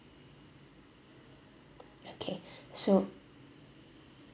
okay so